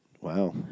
Wow